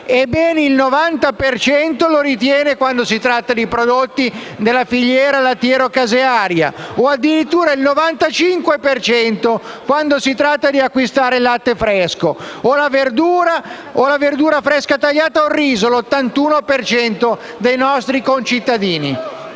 per cento lo ritiene quando si tratta di prodotti della filiera lattiero-casearia e addirittura il 95 per cento quando si tratta di acquistare il latte fresco, la verdura fresca tagliata o il riso (l'81 per cento dei nostri concittadini).